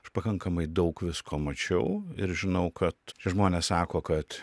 aš pakankamai daug visko mačiau ir žinau kad žmonės sako kad